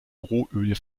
rohöl